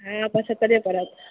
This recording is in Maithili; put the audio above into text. हँ पछतरे पड़त